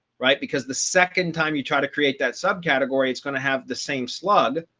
right, because the second time you try to create that sub category, it's going to have the same slug,